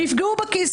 שיפגעו בכיס,